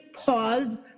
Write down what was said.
pause